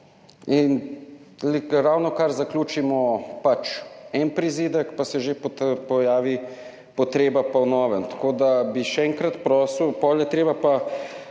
Ravnokar zaključimo en prizidek, pa se že pojavi potreba po novem. Tako, da bi še enkrat prosil ... Potem pa